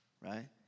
Right